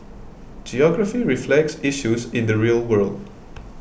geography reflects issues in the real world